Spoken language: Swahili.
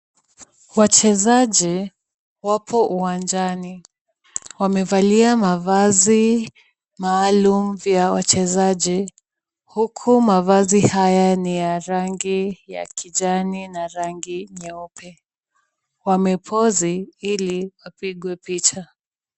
Wachezaji wapo uwanjani, wamevalia mavazi maalumu ya wachezaji huku mavazi haya ni ya rangi ya kijani na rangi nyeupe. Wamepozi ili wapigwe picha.